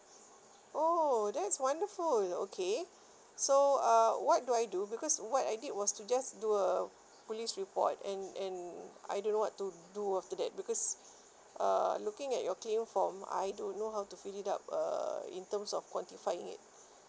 oh that's wonderful okay so uh what do I do because what I did was to just do a police report and and I don't know what to do after that because err looking at your claim form I don't know how to fill it up uh in terms of quantifying it